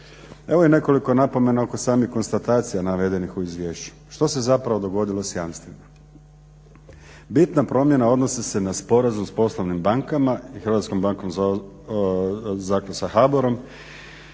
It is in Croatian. Evo i nekoliko napomena oko samih konstatacija navedenih u izvješću. što se zapravo dogodilo s jamstvima? Bitna promjena odnosi se na sporazum s poslovnim bankama i HBOR-om gdje jamstva HAMAG